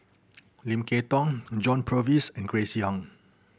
Lim Kay Tong John Purvis and Grace Young